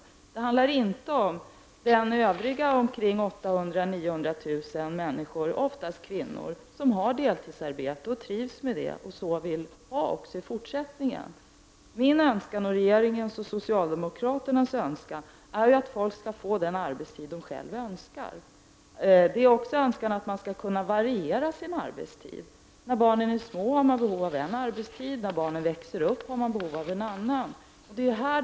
Det handlar inte om de övriga 800 000 till 900000 människor, oftast kvinnor, som har deltidsarbete, trivs med det och vill ha det så även i fortsättningen. Min, regeringens och över huvud taget socialdemokraternas önskan är att folk skall få den arbetstid de själva vill ha. Det är också önskvärt att man skall kunna variera sin arbetstid. När barnen är små har man behov av en arbetstid, och när barnen växer upp har man behov av en annan.